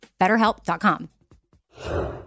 BetterHelp.com